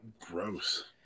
gross